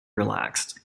relaxed